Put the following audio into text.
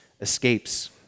escapes